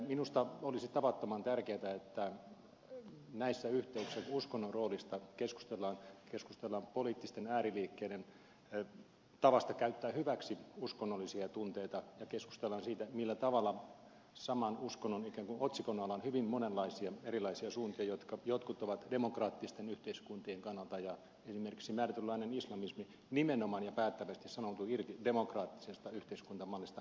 minusta olisi tavattoman tärkeätä että näissä yhteyksissä kun uskonnon roolista keskustellaan keskustellaan poliittisten ääriliikkeiden tavasta käyttää hyväksi uskonnollisia tunteita ja keskustellaan siitä millä tavalla ikään kuin saman uskonnon otsikon alla on hyvin monenlaisia erilaisia suuntia joista jotkut ovat demokraattisten yhteiskuntien kannalla ja esimerkiksi määrätynlainen islamismi nimenomaan ja päättävästi sanoutuu irti demokraattisesta yhteiskuntamallista